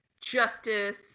justice